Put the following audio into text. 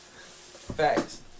facts